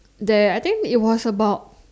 there I think it was about